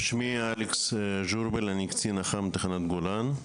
שמי אלכס ז׳ורבל ואני קצין אח״מ בתחנת גולן.